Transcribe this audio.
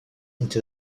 into